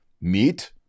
meet